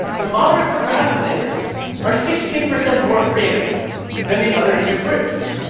the moderate procrastinators are sixteen percent more creative than the other two groups.